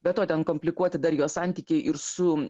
be to ten komplikuoti dar jos santykiai ir su